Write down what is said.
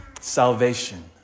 salvation